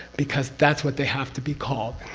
because that's what they have to be called.